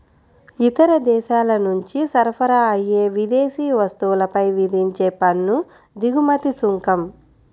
ఇతర దేశాల నుంచి సరఫరా అయ్యే విదేశీ వస్తువులపై విధించే పన్ను దిగుమతి సుంకం